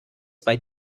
bei